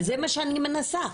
זה מה שאני מנסה,